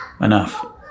enough